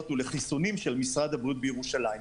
ולחיסונים של משרד הבריאות בירושלים.